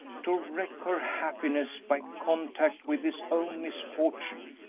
to wreck her happiness by contact with his own misfortune!